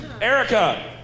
Erica